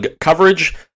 Coverage